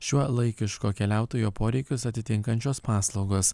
šiuolaikiško keliautojo poreikius atitinkančios paslaugos